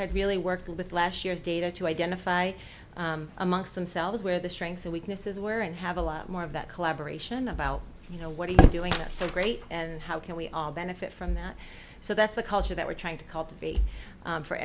had really working with last year's data to identify amongst themselves where the strengths and weaknesses were and have a lot more of that collaboration about you know what are you doing so great and how can we all benefit from that so that's the culture that we're trying to cultivate